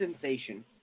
sensation